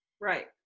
Right